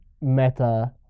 meta